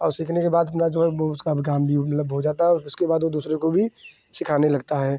औ सीखने के बाद अपना जो है वह उसका भी काम भी मतलब हो जाता है और उसके बाद वह दूसरे को भी सिखाने लगता है